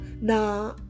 nah